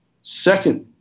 second